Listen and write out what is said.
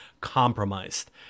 compromised